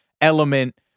element